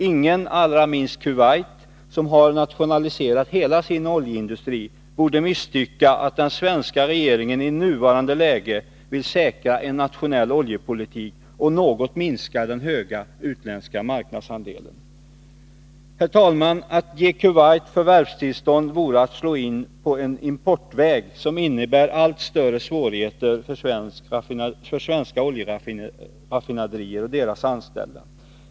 Ingen — allra minst Kuwait, som har nationaliserat hela sin oljeindustri — borde misstycka om den svenska regeringen i nuvarande läge vill säkra en nationell oljepolitik och något minska den stora utländska marknadsandelen. Herr talman! Att ge Kuwait förvärvstillstånd vore att slå in på en importväg som innebär allt större svårigheter för svenska oljeraffinaderier och deras anställda.